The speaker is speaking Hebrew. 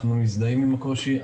אנחנו מזדהים עם הקושי,